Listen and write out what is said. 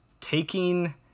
taking